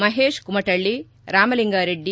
Mahesh Kumatalli Ramalinga Reddy